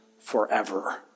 forever